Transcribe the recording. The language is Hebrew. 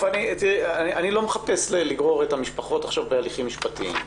אני לא מחפש לגרור את המשפחות עכשיו בהליכים משפטיים.